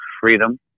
freedom